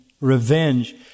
revenge